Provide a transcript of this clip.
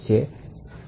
C